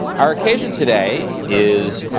our occasion today is